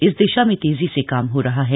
इस दिशा में तेजी से काम हो रहा है